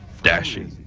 dashing.